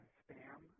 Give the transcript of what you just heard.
spam